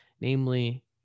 namely